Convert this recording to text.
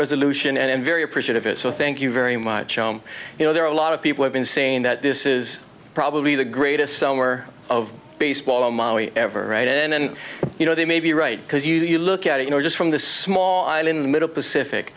resolution and i'm very appreciative it so thank you very much um you know there are a lot of people have been saying that this is probably the greatest summer of baseball mommy ever write in and you know they may be right because you look at you know just from the small island in the middle pacific